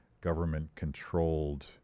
government-controlled